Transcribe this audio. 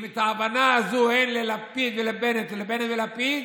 אם את ההבנה הזו אין ללפיד ולבנט, לבנט ולפיד,